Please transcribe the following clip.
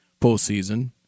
postseason